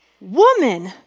woman